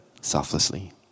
selflessly